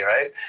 right